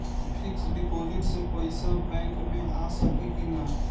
Fix deposit से पैसा bank मे आ सकी कि ना?